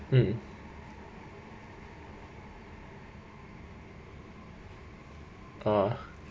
mm ah